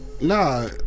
Nah